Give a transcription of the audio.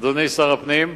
אדוני שר הפנים,